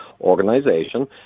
organization